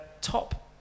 top